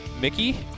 Mickey